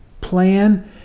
plan